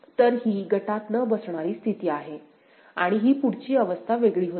तर ही गटात न बसणारी स्थिती आहे आणि ही पुढची अवस्था वेगळी होते